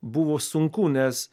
buvo sunku nes